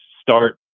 start